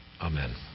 Amen